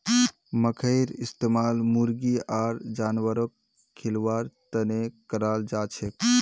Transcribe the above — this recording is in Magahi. मखईर इस्तमाल मुर्गी आर जानवरक खिलव्वार तने कराल जाछेक